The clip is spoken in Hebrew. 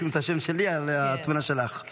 ישימו את השם שלי על התמונה שלך.